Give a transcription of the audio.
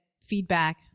feedback